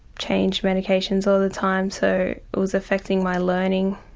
change medications all the time so it was affecting my learning.